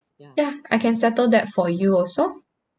ya I can settle that for you also